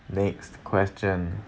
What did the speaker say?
next question